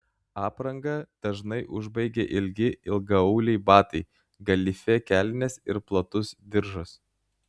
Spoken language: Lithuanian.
aprangą dažnai užbaigia ilgi ilgaauliai batai galifė kelnės ir platus diržas